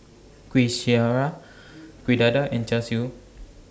Kuih Syara Kuih Dadar and Char Siu